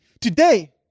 Today